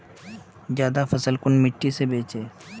ज्यादा फसल कुन मिट्टी से बेचे?